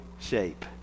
shape